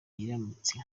iramutse